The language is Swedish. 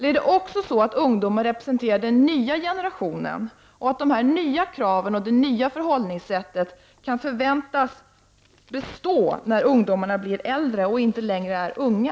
Är det också så att ungdomar representerar den nya generationen och att de nya kraven och det nya förhållningsättet kan förväntas bestå när ungdomar blir äldre och inte längre är unga?